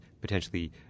potentially